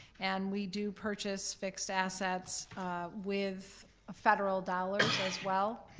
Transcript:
and we do purchase fixed assets with federal dollars as well.